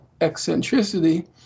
eccentricity